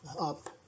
up